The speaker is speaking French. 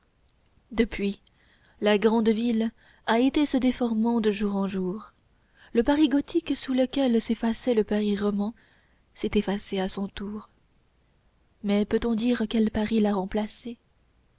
depuis la grande ville a été se déformant de jour en jour le paris gothique sous lequel s'effaçait le paris roman s'est effacé à son tour mais peut-on dire quel paris l'a remplacé